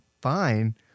fine